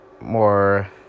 More